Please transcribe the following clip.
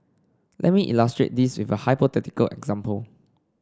let me illustrate this with a hypothetical example